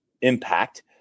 impact